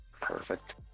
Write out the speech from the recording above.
Perfect